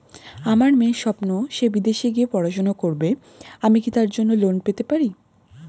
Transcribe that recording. আমার মেয়ের স্বপ্ন সে বিদেশে গিয়ে পড়াশোনা করবে আমি কি তার জন্য লোন পেতে পারি?